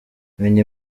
menya